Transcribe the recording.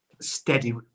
steady